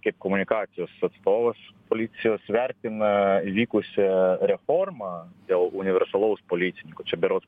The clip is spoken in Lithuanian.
kaip komunikacijos atstovas policijos vertina įvykusią reformą dėl universalaus policininko čia berods